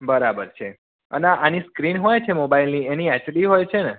બરાબર છે અને આની સ્ક્રીન હોય છે મોબાઈલની એની એચ ડી હોય છે ને